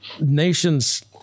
nations